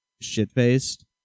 shit-faced